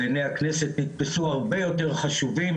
בעיני הכנסת נתפסו הרבה יורת חשובים